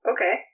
okay